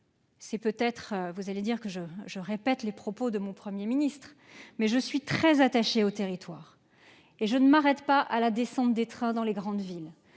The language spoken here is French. direz peut-être que je répète les propos du Premier ministre, mais je suis très attachée aux territoires et je ne m'arrête pas à la descente des trains dans les grandes villes